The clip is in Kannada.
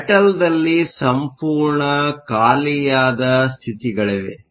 ಮೆಟಲ್ನಲ್ಲಿ ಸಂಪೂರ್ಣ ಖಾಲಿಯಾದ ಸ್ಥಿತಿಗಳಿವೆ